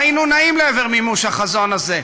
והיינו נעים לעבר מימוש החזון הזה.